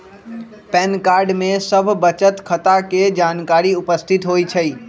pan card में सभ बचत खता के जानकारी उपस्थित होइ छइ